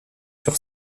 sur